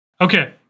Okay